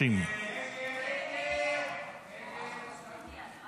30. הסתייגות 30